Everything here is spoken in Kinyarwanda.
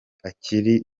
akiri